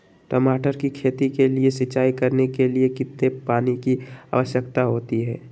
टमाटर की खेती के लिए सिंचाई करने के लिए कितने पानी की आवश्यकता होती है?